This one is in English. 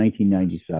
1997